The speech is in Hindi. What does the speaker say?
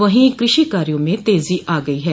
वहीं कृषि कार्यो में तेजी आ गयी है